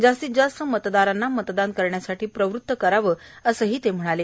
जास्तीत जास्त मतदारांना मतदान करण्यासाठी प्रवृत करा असेही ते म्हणाले